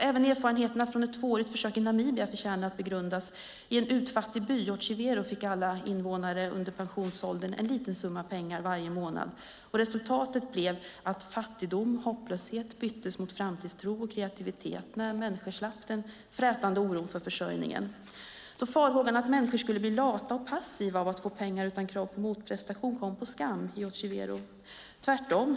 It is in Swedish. Även erfarenheterna från ett tvåårigt försök i Namibia förtjänar att begrundas. I en utfattig by, Otjivero, fick alla invånare under pensionsåldern en liten summa pengar varje månad. Resultatet blev att fattigdom och hopplöshet byttes mot framtidstro och kreativitet när människor slapp den frätande oron för försörjningen. Farhågan att människor skulle bli lata och passiva av att få pengar utan motprestation kom på skam i Otjivero. Det var tvärtom.